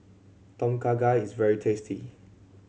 Tom Kha Gai is very tasty